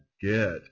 get